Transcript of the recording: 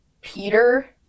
Peter